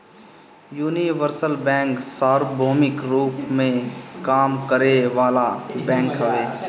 universal bank सार्वभौमिक रूप में काम करे वाला बैंक हवे